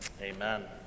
Amen